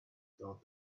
thought